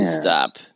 Stop